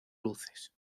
luces